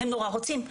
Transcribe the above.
הם נורא רוצים,